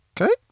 okay